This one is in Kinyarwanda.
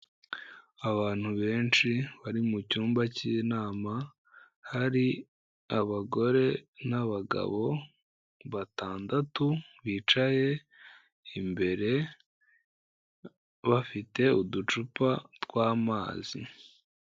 Abantu benshi bari mu cyumba k'inama, hari abagore n'abagabo batandatu bicaye imbere, bafite uducupa tw'amazi.